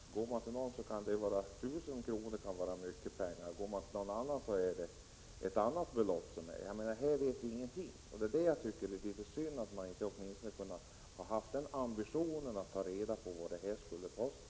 Går man till någon så kan det vara tusen kronor som anses vara mycket pengar, och går man till någon annan så är det ett annat belopp. Vi vet ingenting. Jag tycker att det är litet synd att man inte åtminstone kunde ha haft den ambitionen att man tagit reda på vad detta skulle kosta.